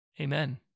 Amen